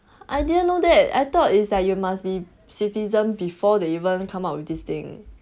I didn't know that I thought is that you like must be citizen before they even come up with this thing